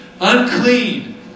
unclean